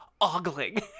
ogling